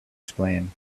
explain